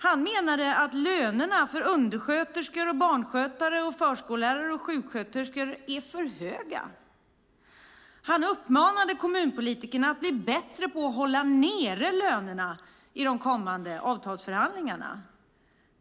Han menade att lönerna för undersköterskor, barnskötare, förskollärare och sjuksköterskor är för höga. Han uppmanade kommunpolitikerna att bli bättre på att i de kommande avtalsförhandlingarna hålla nere lönerna.